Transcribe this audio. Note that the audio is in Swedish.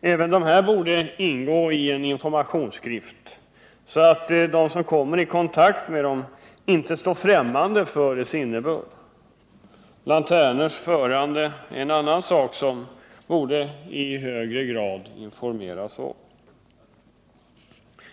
Även de borde ingå i en informationsskrift, så att de personer som kommer i kontakt med dem inte står ffrämmande för deras innebörd. Lanternors förande är en annan sak som det i högre grad borde informeras om.